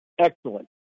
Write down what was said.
excellent